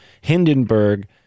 Hindenburg